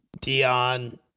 Dion